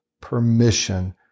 permission